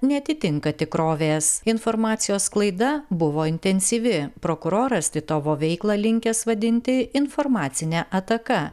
neatitinka tikrovės informacijos sklaida buvo intensyvi prokuroras titovo veiklą linkęs vadinti informacine ataka